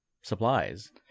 supplies